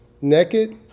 Naked